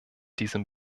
diesem